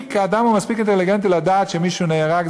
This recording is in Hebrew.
האדם הוא מספיק אינטליגנטי לדעת שמישהו שנהרג,